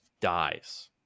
dies